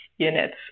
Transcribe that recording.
units